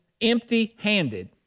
empty-handed